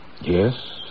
Yes